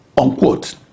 unquote